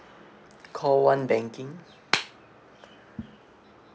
call one banking